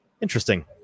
Interesting